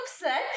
upset